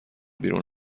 بیرون